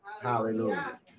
Hallelujah